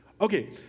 Okay